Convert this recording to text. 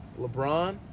LeBron